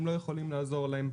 הם לא יכולים לעזור להם.